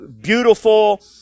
beautiful